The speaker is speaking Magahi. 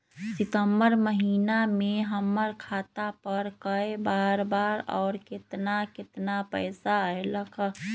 सितम्बर महीना में हमर खाता पर कय बार बार और केतना केतना पैसा अयलक ह?